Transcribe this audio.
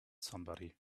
somebody